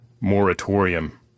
moratorium